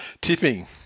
Tipping